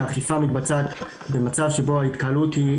האכיפה מתבצעת במצב שבו ההתקהלות,